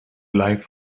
life